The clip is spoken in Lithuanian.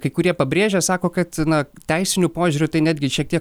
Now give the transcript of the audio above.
kai kurie pabrėžia sako kad na teisiniu požiūriu tai netgi šiek tiek